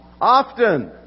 Often